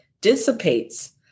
dissipates